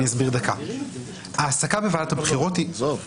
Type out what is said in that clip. איך מגייסים את העובדים.